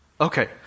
Okay